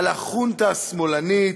על החונטה השמאלנית,